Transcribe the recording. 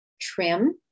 trim